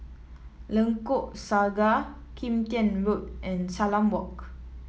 Lengkok Saga Kim Tian Road and Salam Walk